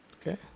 Okay